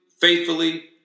faithfully